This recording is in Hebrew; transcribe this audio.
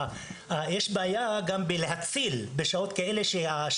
ויש בעיה להציל בשעות אלה.